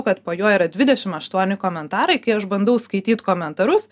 kad po juo yra dvidešim aštuoni komentarai kai aš bandau skaityt komentarus